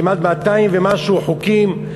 כמעט 200 ומשהו חוקים,